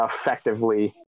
effectively